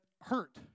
hurt